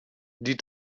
die